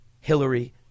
Hillary